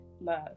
love